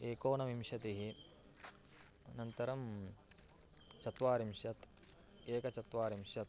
एकोनविंशतिः नन्तरं चत्वारिंशत् एकचत्वारिंशत्